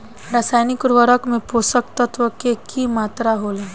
रसायनिक उर्वरक में पोषक तत्व के की मात्रा होला?